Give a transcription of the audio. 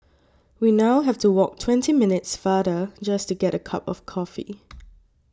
we now have to walk twenty minutes farther just to get a cup of coffee